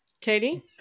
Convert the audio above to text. katie